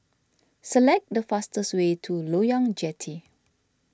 select the fastest way to Loyang Jetty